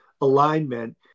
alignment